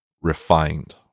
refined